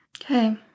okay